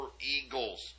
eagles